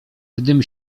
gdym